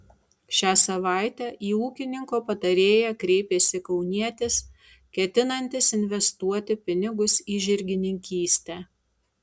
šią savaitę į ūkininko patarėją kreipėsi kaunietis ketinantis investuoti pinigus į žirgininkystę